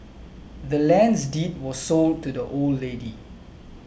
the land's deed was sold to the old lady